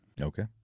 okay